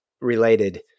related